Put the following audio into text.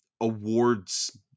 awards